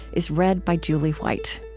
is read by julie white